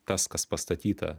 tas kas pastatyta